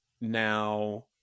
now